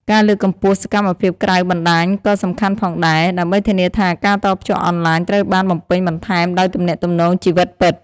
ការលើកកម្ពស់សកម្មភាពក្រៅបណ្តាញក៏សំខាន់ផងដែរ ដើម្បីធានាថាការតភ្ជាប់អនឡាញត្រូវបានបំពេញបន្ថែមដោយទំនាក់ទំនងជីវិតពិត។